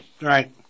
right